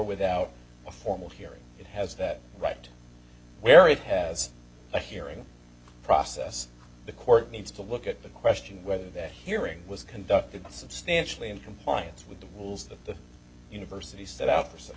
without a formal hearing it has that right where it has a hearing process the court needs to look at the question of whether that hearing was conducted substantially in compliance with the rules that the university set out for such